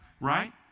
right